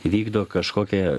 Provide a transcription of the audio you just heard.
vykdo kažkokią